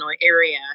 area